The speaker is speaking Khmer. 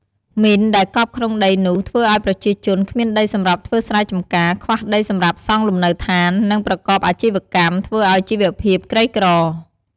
មីនដែលកប់ក្នុងដីនោះ ធ្វើឲ្យប្រជាជន គ្មានដីសម្រាប់ធ្វើស្រែចំការ ខ្វះដីសម្រាប់សង់លំនៅឋាន និង ប្រកបអាជីវកម្ម ធ្វើឱ្យជីវភាពក្រីក្រ។